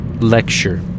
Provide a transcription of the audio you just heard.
lecture